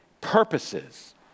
purposes